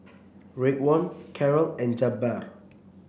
Raekwon Carrol and Jabbar